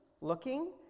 looking